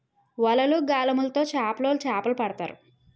వలలు, గాలములు తో చేపలోలు చేపలు పడతారు